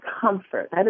comfort